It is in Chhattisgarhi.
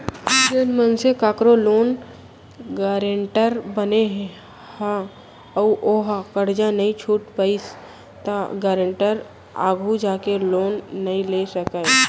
जेन मनसे कखरो लोन गारेंटर बने ह अउ ओहा करजा नइ छूट पाइस त गारेंटर आघु जाके लोन नइ ले सकय